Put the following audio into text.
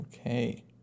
Okay